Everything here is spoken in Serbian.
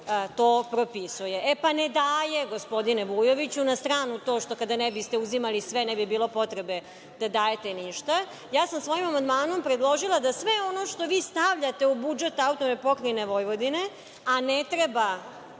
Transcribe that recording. to propisuje. E, pa, ne daje gospodine Vujoviću, na stranu to kada ne biste uzimali sve ne bi bilo potrebe da dajete ništa. Svojim amandmanom sam predložila da sve ono što vi stavljate u budžet AP Vojvodine, a ne treba